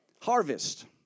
Harvest